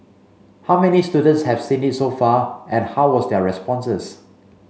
how many students have seen it so far and how was their responses